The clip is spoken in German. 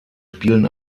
spielen